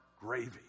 gravy